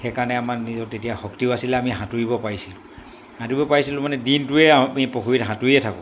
সেইকাৰণে আমাৰ নিজৰ তেতিয়া শক্তিও আছিলে আমি সাঁতুৰিব পাৰিছিলোঁ সাঁতুৰিব পাৰিছিলোঁ মানে দিনটোৱে আমি পুখুৰীত সাঁতুৰিয়ে থাকোঁ